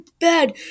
bad